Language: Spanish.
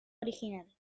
original